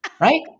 right